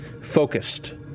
focused